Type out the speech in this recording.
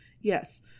yes